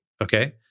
Okay